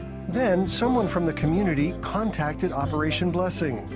then someone from the community contacted operation blessing.